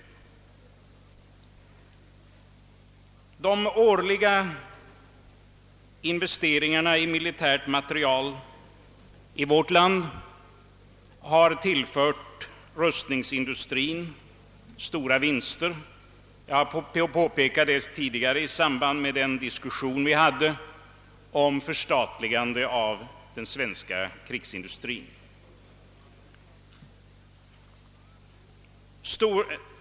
De årliga investeringarna i militär materiel i vårt land har tillfört rustningsindustrin stora vinster — jag har påpekat det tidigare i samband med den diskussion som vi förde om förstatligande av den svenska krigsindustrin.